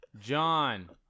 John